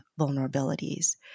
vulnerabilities